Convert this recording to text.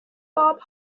bob